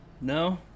No